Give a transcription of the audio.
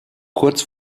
kurz